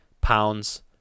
pounds